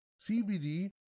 CBD